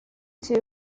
two